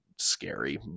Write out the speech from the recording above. scary